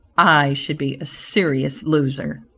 i should be a serious loser.